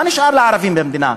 מה נשאר לערבים במדינה?